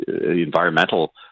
environmental